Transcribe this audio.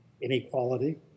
inequality